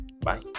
Bye